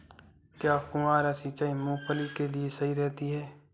क्या फुहारा सिंचाई मूंगफली के लिए सही रहती है?